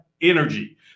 energy